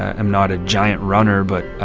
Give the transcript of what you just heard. am not a giant runner, but